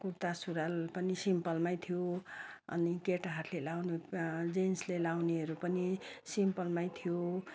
कुर्ता सुरूवाल पनि सिम्पलमै थियो अनि केटाहरूले लगाउने जेन्ट्सले लगाउनेहरू पनि सिम्पलमै थियो